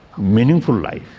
meaningful life.